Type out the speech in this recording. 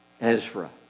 Ezra